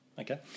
okay